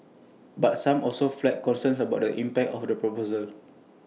but some also flagged concerns about the impact of the proposals